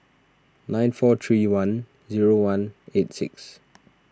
nine four three one one eight six